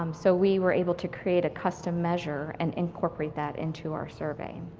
um so we were able to create a custom measure and incorporate that into our survey.